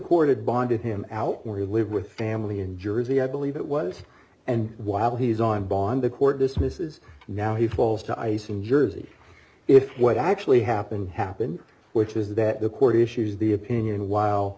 court did bonded him out where you live with family in jersey i believe it was and while he's on bond the court dismisses now he falls to ice in jersey if what actually happened happened which is that the court issued the opinion while